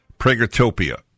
Pragertopia